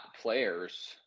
players